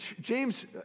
James